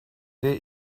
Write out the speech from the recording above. der